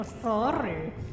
Sorry